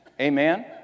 amen